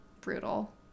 Brutal